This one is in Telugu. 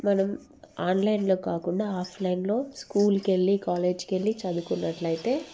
మనం ఆన్లైన్లో కాకుండా ఆఫ్లైన్లో స్కూల్కి వెళ్లి కాలేజీకి వెళ్లి చదువుకున్నట్టు అయితే